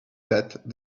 that